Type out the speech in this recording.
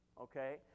okay